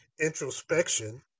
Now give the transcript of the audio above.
introspection